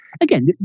again